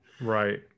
right